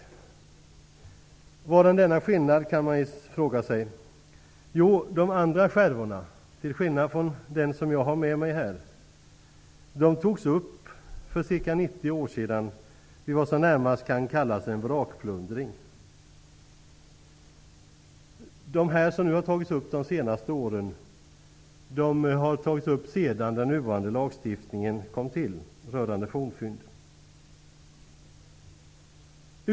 Man kan fråga sig: Vadan denna skillnad? Jo, de andra skärvorna -- till skillnad från den som jag har med mig här -- togs upp för ca 90 år sedan vid vad som närmast kan kallas en vrakplundring. De som har tagits upp de senaste åren har tagits upp efter det att den nuvarande lagstiftningen rörande fornfynd kom till.